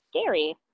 scary